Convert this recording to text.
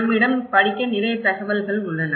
நம்மிடம் படிக்க நிறைய தகவல்கள் உள்ளன